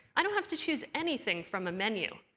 i don't have to choose anything from a menu.